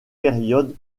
période